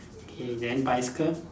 K then bicycle